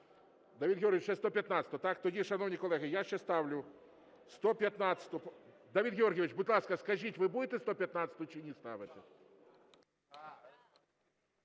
Давид Георгійович, ще 115-у, так. Тоді, шановні колеги, я ще ставлю 115… Давид Георгійович, будь ласка, скажіть, ви будете 115-у чи ні ставити?